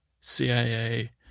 CIA